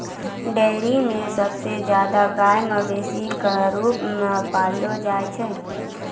dairy म सबसे जादा गाय मवेशी क रूप म पाललो जाय छै